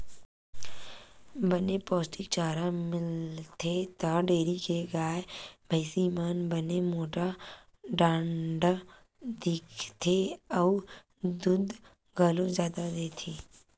बने पोस्टिक चारा मिलथे त डेयरी के गाय, भइसी मन बने मोठ डांठ दिखथे अउ दूद घलो जादा देथे